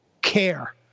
care